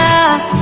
up